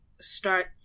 start